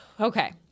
Okay